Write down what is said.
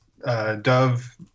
Dove